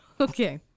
okay